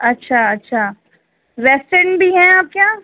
اچھا اچھا ویسٹن بھی ہیں آپ کے یہاں